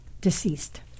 deceased